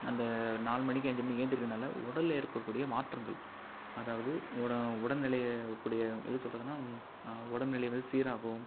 அந்த நாலு மணிக்கு அஞ்சு மணிக்கு எழுந்திரிகிறதுனால உடலில் ஏற்பட கூடிய மாற்றங்கள் அதாவது உட உடல்நிலை இருக்கக்கூடிய எப்படி சொல்லுறதுன்னா உடம்புநிலை வந்து சீராகும்